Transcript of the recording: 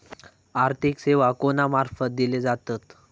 आर्थिक सेवा कोणा मार्फत दिले जातत?